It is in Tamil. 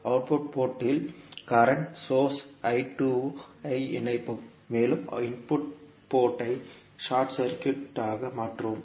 அவுட்புட் போர்ட் இல் கரண்ட் சோர்ஸ் ஐ இணைப்போம் மேலும் இன்புட் போர்ட் ஐ ஷார்ட் சர்க்யூட் ஆக மாற்றுவோம்